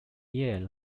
year